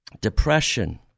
depression